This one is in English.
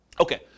Okay